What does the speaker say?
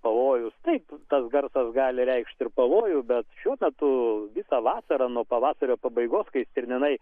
pavojus taip tas garsas gali reikšt ir pavojų bet šiuo metu visą vasarą nuo pavasario pabaigos kai stirninai